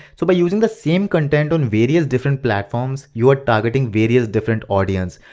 so by using the same content on various different platforms, you are targeting various different audience.